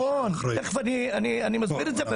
נכון, תיכף אני מסביר את זה.